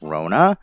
Rona